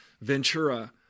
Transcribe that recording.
Ventura